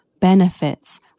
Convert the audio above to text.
benefits